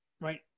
right